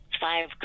five